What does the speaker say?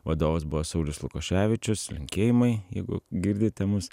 vadovas buvo saulius lukoševičius linkėjimai jeigu girdite mus